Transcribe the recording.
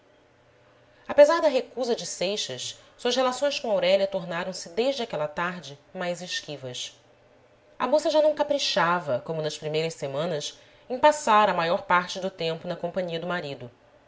apesar da recusa de seixas suas relações com aurélia tornaram-se desde aquela tarde mais esquivas a moça já não caprichava como nas primeiras semanas em passar a maior parte do tempo na companhia do marido